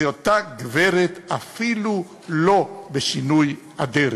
זו אותה גברת, אפילו לא בשינוי אדרת.